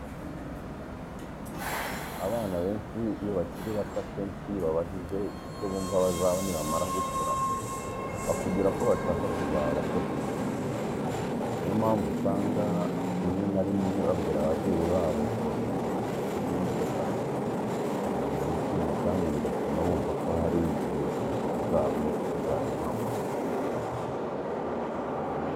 Abana benshi iyo bakiri bato akenshi iyo ubabajije icyo bumva bazaba nibamara gukura, bakubwira ko bashaka kuzaba abashoferi. Niyo mpamvu, usanga rimwe na rimwe babwira ababyeyi babo kubagurira ibikinisho by'imodoka kugira ngo bishime kandi bigatuma bumva ko hari igihe inzozi zabo zizaba impamo.